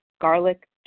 garlic